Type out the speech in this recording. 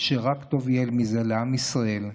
רק טוב יהיה מזה לעם ישראל.